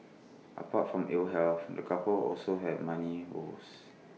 apart from ill health the couple also had money woes